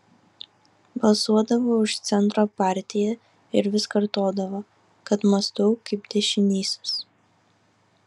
balsuodavo už centro partiją ir vis kartodavo kad mąstau kaip dešinysis